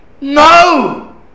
No